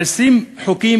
20 חוקים,